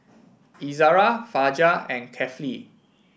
Izara Fajar and Kefli